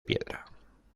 piedra